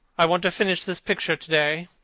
i want to finish this picture to-day.